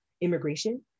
immigration